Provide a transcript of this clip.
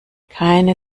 keine